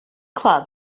club